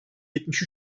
yetmiş